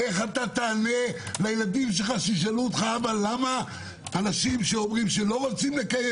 איך תענה לילדים שלך שישאלו אותך: למה אנשים שלא רוצים לקיים